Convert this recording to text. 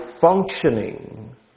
functioning